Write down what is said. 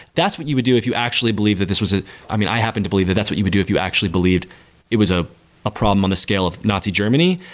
that's what you would do if you actually believe that this was ah i mean, i happen to believe that that's what you would do if you actually believed it was ah a problem on the scale of nazi germany.